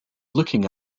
looking